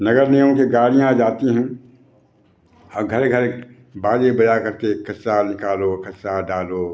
नगर निगम की गाड़ियाँ आ जाती हैं और घर घर बाजे बजाकर के कचरा निकालो कचरा डालो